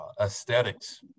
aesthetics